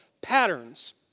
Patterns